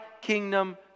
kingdom